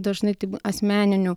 dažnai tai būna asmeninių